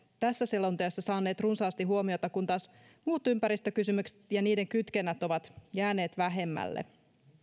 tässä selonteossa saaneet runsaasti huomiota kun taas muut ympäristökysymykset ja niiden kytkennät ovat jääneet vähemmälle